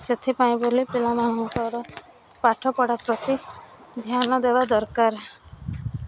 ସେଥିପାଇଁ ବୋଲି ପିଲା ମାନଙ୍କର ପାଠ ପଢ଼ା ପ୍ରତି ଧ୍ୟାନ ଦେବା ଦରକାର